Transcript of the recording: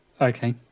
Okay